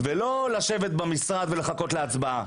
ולא לשבת במשרד ולחכות להצבעה